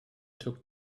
took